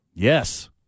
Yes